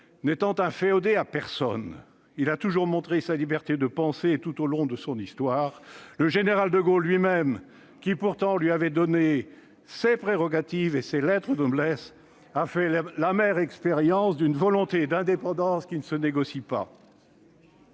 N'étant inféodé à personne, il a toujours affiché sa liberté de penser, tout au long de son histoire. Le général de Gaulle lui-même, qui, pourtant, lui avait donné ses prérogatives et ses lettres de noblesse, a fait l'amère expérience d'une volonté d'indépendance qui ne se négocie pas